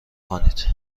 کنید